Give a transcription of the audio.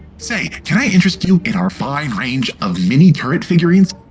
say can i interest you in our fine range of mini turret figurines?